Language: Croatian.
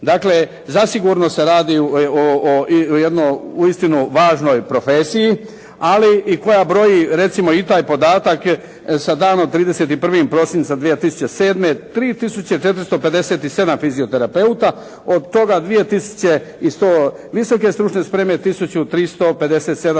Dakle, zasigurno se radi o jednoj uistinu važnoj profesiji, ali i koja broji recimo i taj podatak sa danom 31. prosinca 2007. 3457 fizioterapeuta, od toga 2100 visoke stručne spreme, 1357 srednje